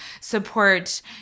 support